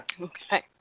okay